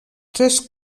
tres